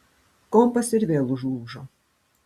kompas ir vėl užlūžo